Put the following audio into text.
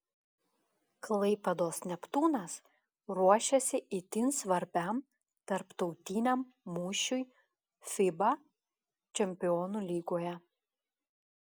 klaipėdos neptūnas ruošiasi itin svarbiam tarptautiniam mūšiui fiba čempionų lygoje